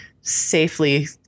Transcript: safely